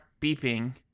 beeping